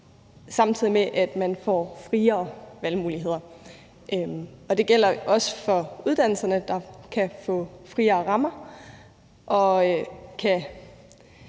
samtidig med at man får friere valgmuligheder. Det gælder også for uddannelserne, at de kan få friere rammer og